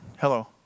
Hello